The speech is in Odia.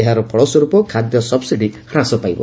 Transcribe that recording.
ଏହାର ଫଳସ୍କର୍ପ ଖାଦ୍ୟ ସବ୍ସିଡି ହାସ ପାଇବ